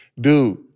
dude